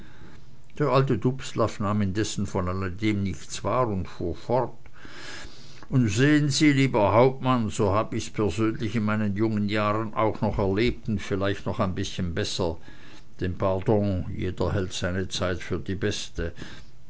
der alte dubslav nahm indessen von alledem nichts wahr und fuhr fort und sehen sie lieber hauptmann so hab ich's persönlich in meinen jungen jahren auch noch erlebt und vielleicht noch ein bißchen besser denn pardon jeder hält seine zeit für die beste